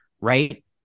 right